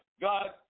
God